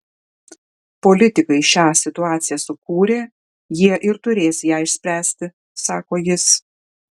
politikai šią situaciją sukūrė jie ir turės ją išspręsti sako jis